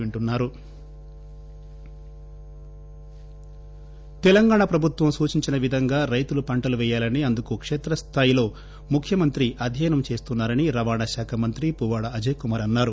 పువ్వాడ తెలంగాణ ప్రభుత్వం సూచించిన విధంగా రైతులు పంటలు పేయాలని అందుకు కేత్ర స్థాయిలో ముఖ్యమంత్రి అధ్యయనం చేస్తున్నారని రవాణా శాఖ మంత్రి పువ్వాడ అజయ్ కుమార్ అన్నారు